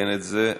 נעדכן את זה.